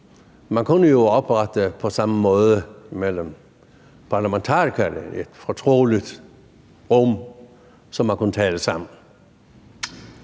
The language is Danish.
Man kunne jo på samme måde mellem parlamentarikerne oprette et fortroligt rum, så man kunne tale sammen.